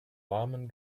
warmen